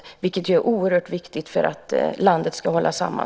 Det är oerhört viktigt för att landet ska hållas samman.